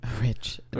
rich